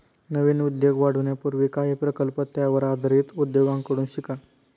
नवीन उद्योग वाढवण्यापूर्वी काही प्रकल्प त्यावर आधारित उद्योगांकडून शिका